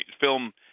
film –